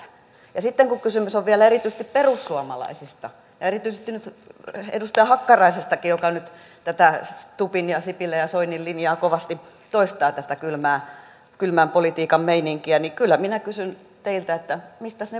ja sitten kun kysymys on vielä erityisesti perussuomalaisista ja erityisesti edustaja hakkaraisestakin joka nyt tätä stubbin sipilän ja soinin linjaa kovasti toistaa tätä kylmän politiikan meininkiä niin kyllä minä kysyn teiltä että mistäs ne vuorineuvokset tinkivät